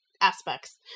aspects